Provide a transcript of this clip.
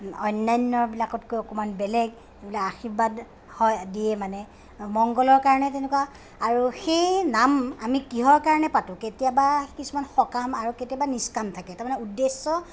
অন্যান্যবিলাকতকৈ অকণমান বেলেগ আশীৰ্বাদ হয় দিয়ে মানে মংগলৰ কাৰণে তেনেকুৱা আৰু সেই নাম আমি কিহৰ কাৰণে পাতোঁ কেতিয়াবা কিছুমান সকাম আৰু কেতিয়াবা কিষ্কাম থাকে তাৰমানে উদ্দেশ্য